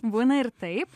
būna ir taip